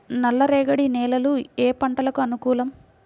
నల్లరేగడి నేలలు ఏ పంటలకు అనుకూలం?